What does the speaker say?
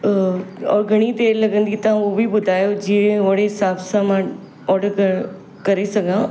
और घणी देरि लॻंदी तव्हां उहो बि ॿुधायो जीअं ओहिड़े हिसाबु सां मां ऑडर करणु करे सघां